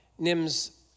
Nims